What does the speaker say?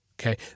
okay